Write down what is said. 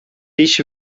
ich